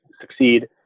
succeed